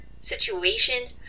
situation